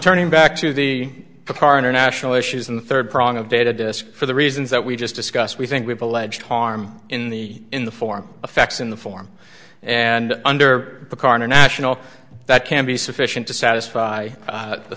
turning back to the car international issues in the third prong of data disc for the reasons that we just discussed we think we have a ledge harm in the in the form affects in the form and under the car national that can be sufficient to satisfy the th